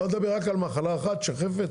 אתה מדבר רק על מחלה אחת שחפת?